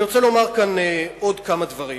אני רוצה לומר כאן עוד כמה דברים,